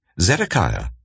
Zedekiah